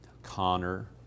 Connor